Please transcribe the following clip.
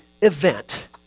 event